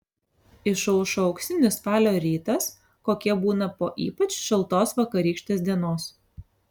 išaušo auksinis spalio rytas kokie būna po ypač šaltos vakarykštės dienos